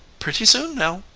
pretty soon now.